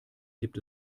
gibt